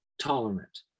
tolerant